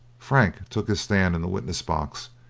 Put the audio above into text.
frank took his stand in the witness box,